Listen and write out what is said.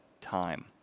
time